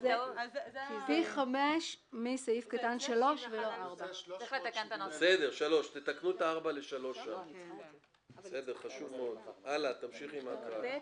פי 5 מסעיף 3 ולא מסעיף 4. תמשיכי את ההקראה.